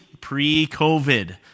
pre-COVID